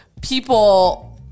people